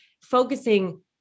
focusing